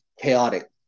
chaotic